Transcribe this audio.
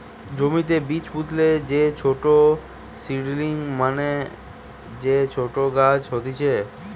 জমিতে বীজ পুতলে যে ছোট সীডলিং মানে যে ছোট গাছ হতিছে